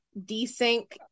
desync